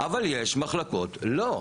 אבל יש מחלקות שלא.